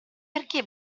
perché